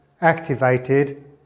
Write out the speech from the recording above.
activated